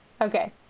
Okay